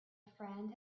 friend